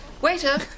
Waiter